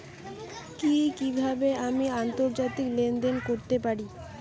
কি কিভাবে আমি আন্তর্জাতিক লেনদেন করতে পারি?